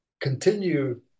continue